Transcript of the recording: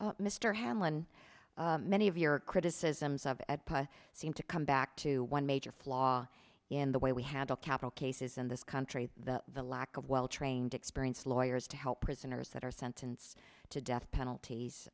the mr hamlyn many of your criticisms of at pi seem to come back to one major flaw in the way we handle capital cases in this country the lack of well trained experienced lawyers to help prisoners that are sentenced to death penalties